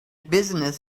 business